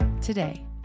Today